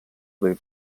või